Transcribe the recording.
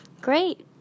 great